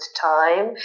time